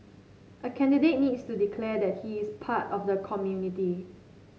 a candidate needs to declare that he is part of the community